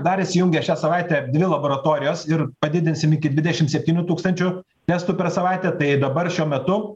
dar įsijungia šią savaitę dvi laboratorijos ir padidinsim iki dvidešim septynių tūkstančių testų per savaitę tai dabar šiuo metu